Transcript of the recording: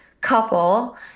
couple